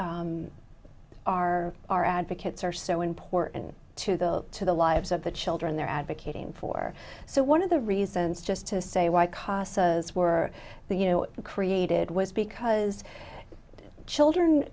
are our advocates are so important to the to the lives of the children they're advocating for so one of the reasons just to say why costs as were you know created was because children